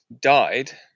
died